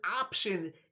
option